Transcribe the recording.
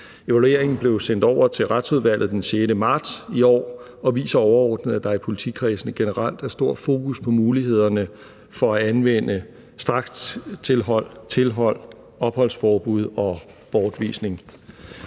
Evalueringen blev sendt over til Retsudvalget den 6. marts i år og viser overordnet, at der i politikredsene generelt er stort fokus på mulighederne for at anvende strakstilhold, tilhold, opholdsforbud og bortvisning.